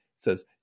Says